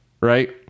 right